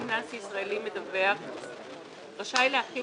מוסד פיננסי ישראלי מדווח רשאי להחיל